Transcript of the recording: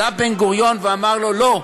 עלה בן-גוריון ואמר לו: לא.